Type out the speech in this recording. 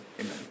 amen